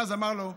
ואז אמר לו מרן: